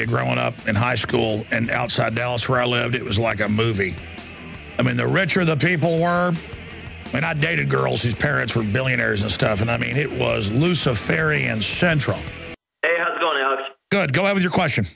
you growing up in high school and outside dallas where i lived it was like a movie i mean the rich are the people and i dated girls whose parents were millionaires and stuff and i mean it was loose and fairy and central good go have your question